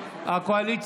נוהל.